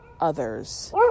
others